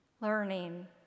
learning